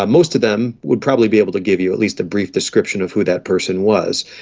um most of them would properly be able to give you at least a brief description of who that person was.